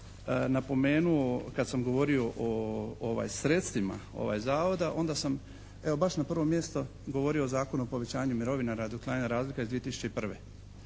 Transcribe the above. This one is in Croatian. napomenuo kad sam govorio o sredstvima zavoda onda sam evo baš na prvo mjesto govorio o Zakonu o povećanju mirovina radi uklanjanja razlika iz 2001.,